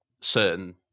certain